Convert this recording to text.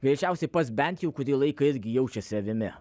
greičiausiai pats bent jau kurį laiką irgi jaučiasi avimi